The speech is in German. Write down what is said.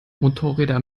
motorräder